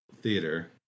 theater